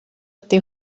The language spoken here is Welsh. ydy